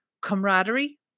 camaraderie